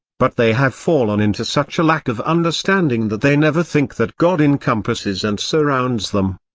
but they have fallen into such a lack of understanding that they never think that god encompasses and surrounds them.